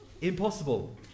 impossible